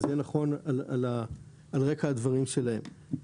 זה יהיה נכון על רקע הדברים שלהם.